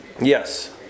Yes